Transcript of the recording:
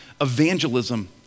Evangelism